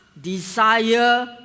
desire